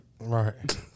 Right